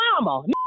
mama